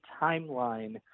timeline